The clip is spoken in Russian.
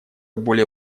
более